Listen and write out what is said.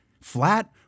flat